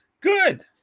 Good